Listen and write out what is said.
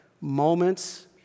moments